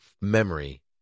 memory